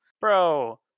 bro